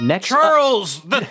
Charles